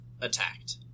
attacked